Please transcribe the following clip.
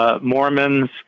Mormons